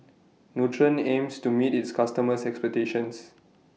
Nutren aims to meet its customers' expectations